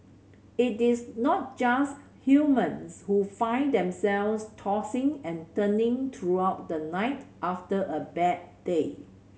it is not just humans who find themselves tossing and turning throughout the night after a bad day